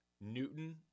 Newton